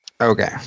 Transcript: Okay